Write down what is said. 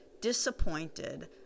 disappointed